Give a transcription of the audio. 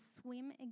swim